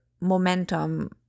momentum